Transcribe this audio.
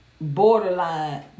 borderline